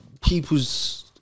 people's